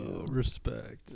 respect